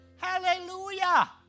Hallelujah